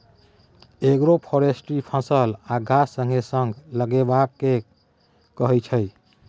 agroforestry फसल आ गाछ संगे संग लगेबा केँ कहय छै